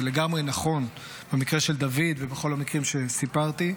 זה לגמרי נכון במקרה של דוד ובכל המקרים שסיפרתי,